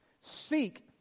Seek